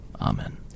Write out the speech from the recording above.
amen